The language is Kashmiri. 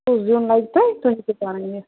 کُس زیُن لَگہِ تۄہہِ تُہۍ ہیٚکِو سُہ پانَے نِتھ